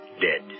dead